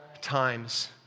times